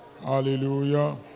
Hallelujah